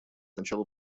началу